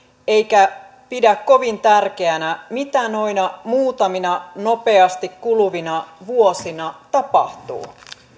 eikä pidä kovin tärkeänä mitä noina muutamina nopeasti kuluvina vuosina tapahtuu